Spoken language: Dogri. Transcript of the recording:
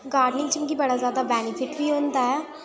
गार्डनिंग च मिगी बड़ा ज्यादा बैनीफिट बी होंदा ऐ